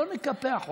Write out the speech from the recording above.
לא נקפח אותה.